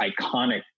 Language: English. iconic